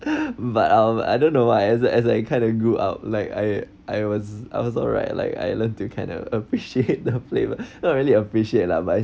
but um I don't know why as a as a I kind of grew up like I I was I was alright like I learn to kind of appreciate the flavour not really appreciate lah but I